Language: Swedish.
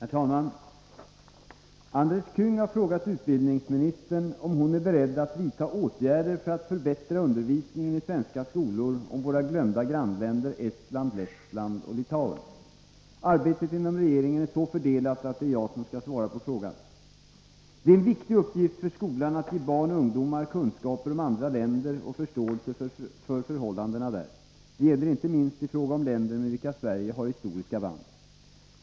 Herr talman! Andres Käng har frågat utbildningsministern om hon är beredd att vidta åtgärder för att förbättra undervisningen i svenska skolor om våra glömda grannländer Estland, Lettland och Litauen. Arbetet inom regeringen är så fördelat att det är jag som skall svara på frågan. Det är en viktig uppgift för skolan att ge barn och ungdomar kunskaper om andra länder och förståelse för förhållandena där. Det gäller inte minst i fråga om länder med vilka Sverige har historiska band.